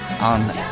on